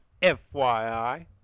fyi